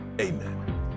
amen